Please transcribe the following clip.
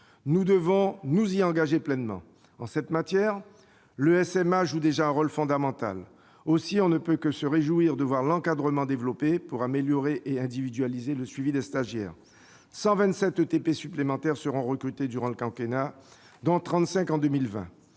Nous devons nous y engager pleinement. En cette matière, le SMA joue déjà un rôle fondamental. Aussi, l'on ne peut que se réjouir de voir l'encadrement développé pour améliorer et individualiser le suivi des stagiaires. Ainsi, 127 ETP supplémentaires seront recrutés durant le quinquennat, dont 35 en 2020.